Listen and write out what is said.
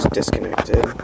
disconnected